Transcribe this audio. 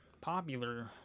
popular